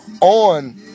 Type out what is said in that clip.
on